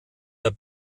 der